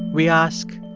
we ask,